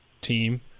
team